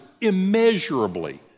immeasurably